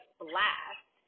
blast